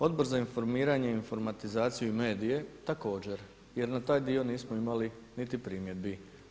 Odbor za informiranje i informatizaciju i medije također jer na taj dio nismo imali niti primjedbi.